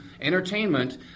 entertainment